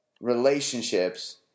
relationships